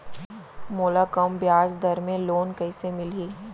मोला कम ब्याजदर में लोन कइसे मिलही?